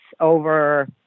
over